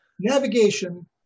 navigation